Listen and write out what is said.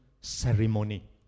ceremony